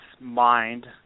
mind